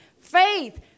Faith